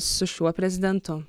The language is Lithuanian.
su šiuo prezidentu